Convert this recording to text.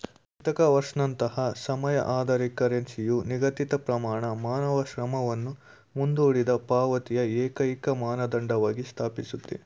Ithaca ಅವರ್ಸ್ನಂತಹ ಸಮಯ ಆಧಾರಿತ ಕರೆನ್ಸಿಯು ನಿಗದಿತಪ್ರಮಾಣ ಮಾನವ ಶ್ರಮವನ್ನು ಮುಂದೂಡಿದಪಾವತಿಯ ಏಕೈಕಮಾನದಂಡವಾಗಿ ಸ್ಥಾಪಿಸುತ್ತೆ